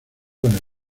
con